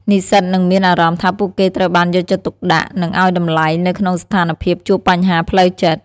និស្សិតនឹងមានអារម្មណ៍ថាពួកគេត្រូវបានយកចិត្តទុកដាក់និងឱ្យតម្លៃនៅក្នុងស្ថានភាពជួបបញ្ហាផ្លូវចិត្ត។